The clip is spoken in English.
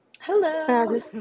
Hello